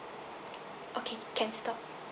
okay can stop